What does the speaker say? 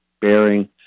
bearing